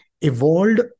evolved